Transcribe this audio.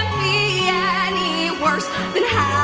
yeah any worse than how